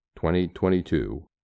2022